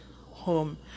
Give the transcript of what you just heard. home